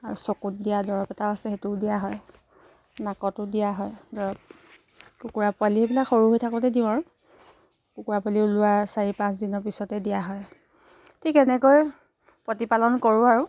আৰু চকুত দিয়া দৰৱ এটাও আছে সেইটোও দিয়া হয় নাকতো দিয়া হয় দৰৱ কুকুৰা পোৱালীবিলাক সৰু হৈ থাকোঁতে দিওঁ আৰু কুকুৰা পোৱালী ওলোৱাৰ চাৰি পাঁচদিনৰ পিছতে দিয়া হয় ঠিক এনেকৈ প্ৰতিপালন কৰোঁ আৰু